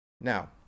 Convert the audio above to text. Now